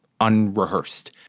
unrehearsed